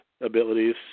Abilities